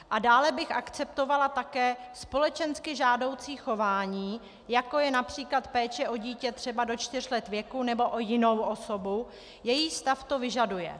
A dále bych akceptovala také společensky žádoucí chování, jako je například péče o dítě třeba do čtyř let věku nebo o jinou osobu, jejíž stav to vyžaduje.